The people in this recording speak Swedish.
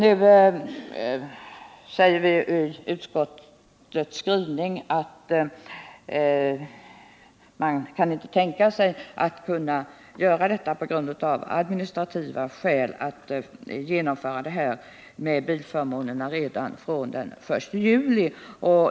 Utskottet säger i sin skrivning att reglerna när det gäller bilförmånerna av administrativa skäl inte kan börja tillämpas från den 1 juli 1979.